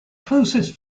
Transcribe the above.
closest